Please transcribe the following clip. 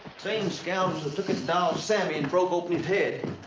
same scoundrels that took his doll, sammy, and broke open his head,